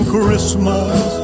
Christmas